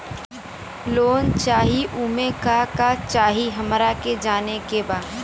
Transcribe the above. Loan चाही उमे का का चाही हमरा के जाने के बा?